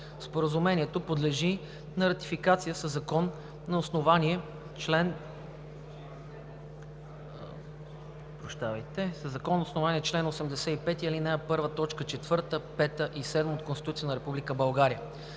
Споразумението подлежи на ратификация със закон на основание чл. 85, ал. 1, т. 4, 5 и 7 от Конституцията на